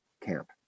camp